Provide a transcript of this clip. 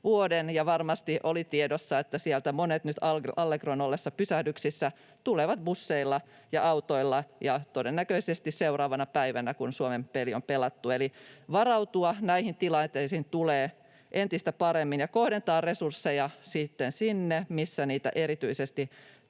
vuoden. Ja varmasti oli tiedossa, että sieltä monet nyt Allegron ollessa pysähdyksissä tulevat busseilla ja autoilla ja todennäköisesti seuraavana päivänä, kun Suomen peli on pelattu. Eli tulee varautua näihin tilanteisiin entistä paremmin ja sitten kohdentaa resursseja sinne, missä niitä erityisesti